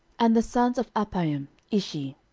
and the sons of appaim ishi.